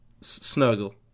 Snuggle